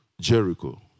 Jericho